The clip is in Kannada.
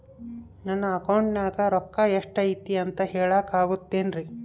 ನನ್ನ ಅಕೌಂಟಿನ್ಯಾಗ ರೊಕ್ಕ ಎಷ್ಟು ಐತಿ ಅಂತ ಹೇಳಕ ಆಗುತ್ತೆನ್ರಿ?